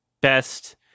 best